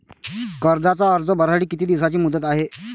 कर्जाचा अर्ज भरासाठी किती दिसाची मुदत हाय?